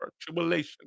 tribulation